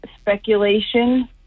speculation